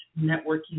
Networking